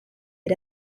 had